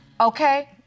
Okay